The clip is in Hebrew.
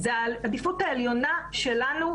זו העדיפות העליונה שלנו,